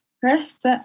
first